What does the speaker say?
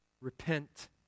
Repent